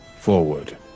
forward